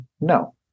no